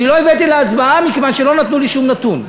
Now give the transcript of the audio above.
אני לא הבאתי להצבעה מכיוון שלא נתנו לי שום נתון.